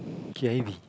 k_i_v